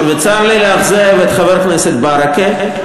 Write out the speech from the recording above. וצר לי לאכזב את חבר הכנסת ברכה,